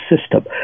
system